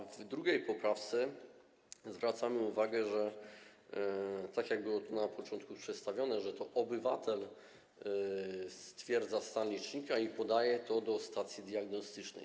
W drugiej poprawce zwracamy uwagę, że, tak jak było to na początku przedstawione, to obywatel stwierdza stan licznika i podaje informację stacji diagnostycznej.